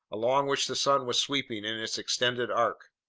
along which the sun was sweeping in its extended arc.